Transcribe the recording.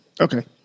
Okay